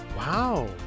Wow